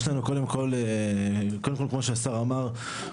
קודם כל כמו שהשר אמר,